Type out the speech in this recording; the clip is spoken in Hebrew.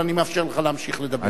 אבל אני מאפשר לך להמשיך לדבר.